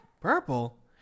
Purple